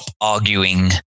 arguing